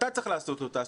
אתה צריך לעשות אותה.